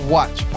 Watch